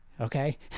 Okay